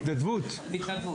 הם סיכמו